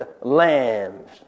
lambs